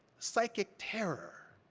psychic terror,